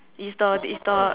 it's the it's the